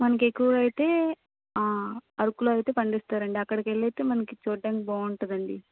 మనకి ఎక్కువ అయితే ఆ అరకులో అయితే పండిస్తారండి అక్కడికి వెళ్లితే మనకి చూడడానికి బాగుంటుంది అండి